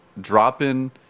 dropping